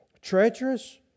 treacherous